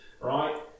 right